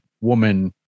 woman